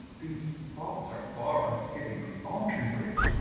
these thoughts are far unfitting falconbridge,